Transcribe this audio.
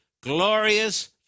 glorious